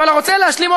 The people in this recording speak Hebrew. אבל הרוצה להשלים,